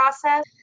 process